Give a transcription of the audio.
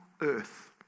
earth